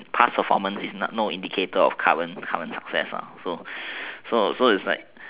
past performance is no indicator of current success lah so so it's like